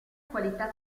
qualità